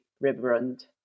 reverend